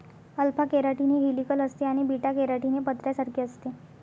alpha keratin हे helical असते आणि बीटा केराटीन हे पत्र्यासारखे असते